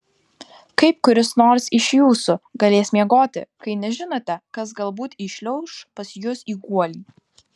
kaip kuris nors iš jūsų galės miegoti kai nežinote kas galbūt įšliauš pas jus į guolį